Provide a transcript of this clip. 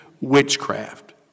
Witchcraft